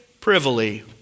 privily